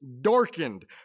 darkened